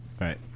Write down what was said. Right